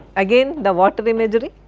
again the water imagery,